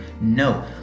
No